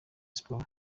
sports